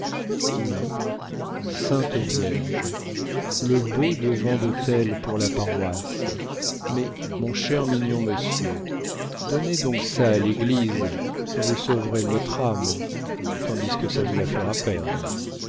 oui sainte vierge le beau devant d'autel pour la paroisse mais mon cher mignon monsieur donnez donc ça à l'église vous sauverez votre âme tandis que ça vous la fera perdre